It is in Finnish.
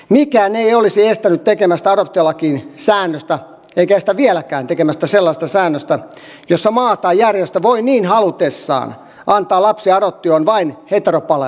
mikään ei olisi estänyt tekemästä adoptiolakiin säännöstä eikä estä vieläkään tekemästä sellaista säännöstä jossa maa tai järjestö voi niin halutessaan antaa lapsia adoptioon vain heteropareille